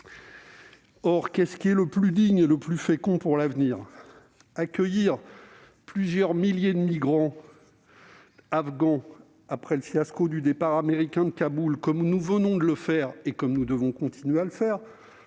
Or qu'est-ce qui est le plus digne et le plus fécond pour l'avenir ? Accueillir plusieurs milliers de migrants afghans après le fiasco du départ américain de Kaboul, comme nous venons de le faire et comme nous devons continuer de le faire,